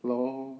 LOL